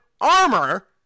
armor